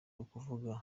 ukuvuga